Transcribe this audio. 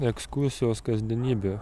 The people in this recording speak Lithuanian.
ekskursijos kasdienybė